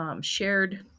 shared